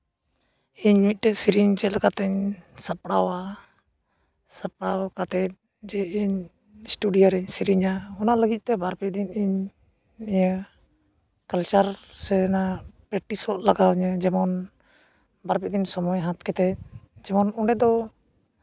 ᱤᱧ ᱢᱤᱫᱴᱮᱱ ᱥᱮᱨᱮᱧ ᱪᱮᱫ ᱞᱮᱠᱟ ᱛᱤᱧ ᱥᱟᱯᱲᱟᱣᱟ ᱥᱟᱯᱲᱟᱣ ᱠᱟᱛᱮᱫ ᱡᱮ ᱤᱧ ᱥᱴᱩᱰᱤᱭᱳ ᱨᱤᱧ ᱥᱮᱨᱮᱧᱟ ᱚᱱᱟ ᱞᱟᱹᱜᱤᱫ ᱛᱮ ᱵᱟᱨ ᱯᱮ ᱫᱤᱱ ᱤᱧ ᱤᱭᱟᱹ ᱠᱟᱞᱪᱟᱨ ᱥᱮ ᱚᱱᱟ ᱯᱮᱠᱴᱤᱥᱚᱜ ᱞᱟᱜᱟᱣ ᱤᱧᱟᱹ ᱡᱮᱢᱚᱱ ᱵᱟᱨ ᱯᱮ ᱫᱤᱱ ᱥᱚᱢᱚᱭ ᱦᱟᱛᱟᱣ ᱠᱟᱛᱮᱫ ᱡᱮᱢᱚᱱ ᱚᱸᱰᱮ ᱫᱚ